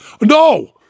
No